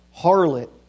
Harlot